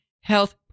health